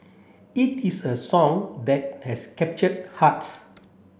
it is a song that has captured hearts